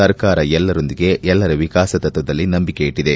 ಸರ್ಕಾರ ಎಲ್ಲರೊಂದಿಗೆ ಎಲ್ಲರ ವಿಕಾಸ ತತ್ತದಲ್ಲಿ ನಂಬಿಕೆಯಿಟ್ಲದೆ